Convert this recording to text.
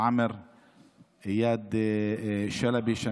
איאד שלבי משפרעם,